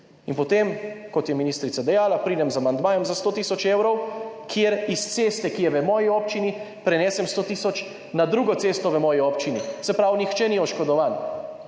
In potem, kot je ministrica dejala, pridem z amandmajem za 100 tisoč evrov, kjer iz ceste, ki je v moji občini, prenesem 100 tisoč na drugo cesto v moji občini, se pravi, nihče ni oškodovan,